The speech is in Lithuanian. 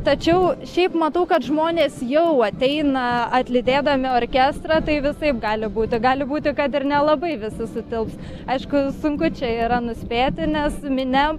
tačiau šiaip matau kad žmonės jau ateina atlydėdami orkestrą tai visaip gali būti gali būti kad ir nelabai visi sutilps aišku sunku čia yra nuspėti nes minia